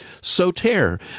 Soter